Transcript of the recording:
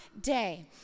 day